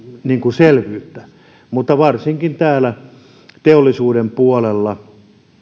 selvyyttä mutta varsinkin teollisuuden puolella